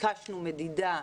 ביקשנו מדידה,